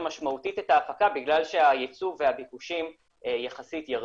משמעותית את ההפקה בגלל שהיצוא והביקושים יחסית ירדו.